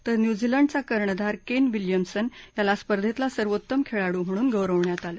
तर न्यूझीलंडचा कर्णधार क्लि विलियम्सन याला स्पर्धेतला सर्वोत्तम खळिडू म्हणून गौरवण्यात आलं